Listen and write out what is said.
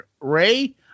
ray